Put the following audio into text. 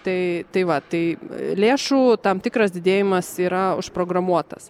tai tai va tai lėšų tam tikras didėjimas yra užprogramuotas